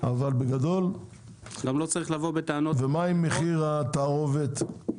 מה עם מחיר התערובת?